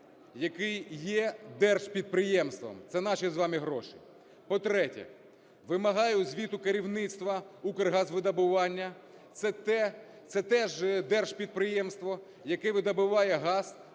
який є держпідприємством. Це наші з вами гроші. По-третє, вимагаю звіту керівництва "Укргазвидобування". Це теж держпідприємство, яке видобуває газ